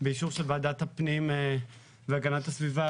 באישור של וועדת הפנים והגנת הסביבה